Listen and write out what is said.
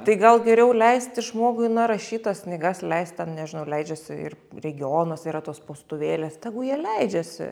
tai gal geriau leisti žmogui na rašyt tas knygas leist ten nežinau leidžiasi ir regionuose yra tos spaustuvėlės tegu jie leidžiasi